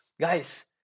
guys